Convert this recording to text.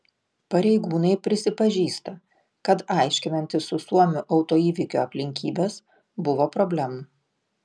pareigūnai prisipažįsta kad aiškinantis su suomiu autoįvykio aplinkybes buvo problemų